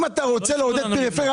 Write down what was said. אם אתה רוצה לעודד פריפריה,